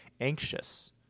anxious